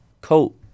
coat